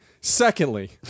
Secondly